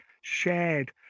shared